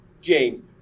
James